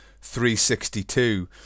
362